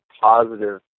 positive